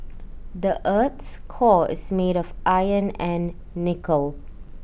the Earth's core is made of iron and nickel